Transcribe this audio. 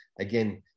Again